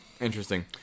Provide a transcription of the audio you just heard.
interesting